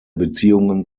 beziehungen